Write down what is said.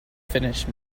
finish